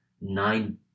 nine